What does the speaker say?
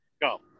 Go